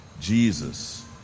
Jesus